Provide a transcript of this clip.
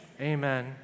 amen